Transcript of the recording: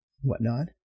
whatnot